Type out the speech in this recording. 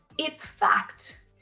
it's fact.